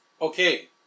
Okay